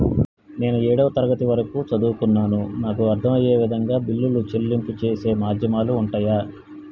నేను ఏడవ తరగతి వరకు చదువుకున్నాను నాకు అర్దం అయ్యే విధంగా బిల్లుల చెల్లింపు చేసే మాధ్యమాలు ఉంటయా?